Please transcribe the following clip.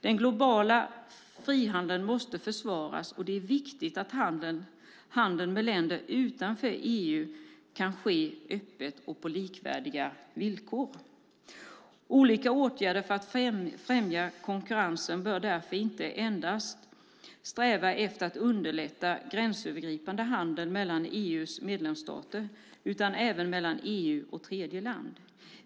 Den globala frihandeln måste försvaras, och det är viktigt att handeln med länder utanför EU kan ske öppet och på likvärdiga villkor. Olika åtgärder för att främja konkurrensen bör därför inte endast sträva efter att underlätta gränsöverskridande handel mellan EU:s medlemsstater utan även mellan EU och tredjeland.